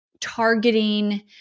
targeting